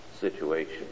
situation